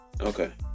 Okay